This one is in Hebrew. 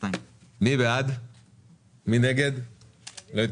הצבעה ההסתייגות לא אושרה.